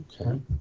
Okay